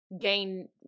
gain